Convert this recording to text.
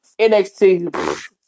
NXT